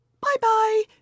bye-bye